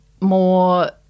more